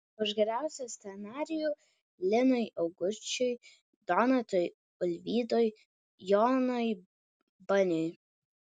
už geriausią scenarijų linui augučiui donatui ulvydui jonui baniui